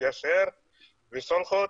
מגשר בסולחות,